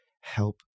help